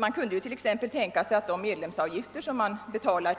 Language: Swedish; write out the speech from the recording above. Man kunde t.ex. tänka sig att de medlemsavgifter som betalas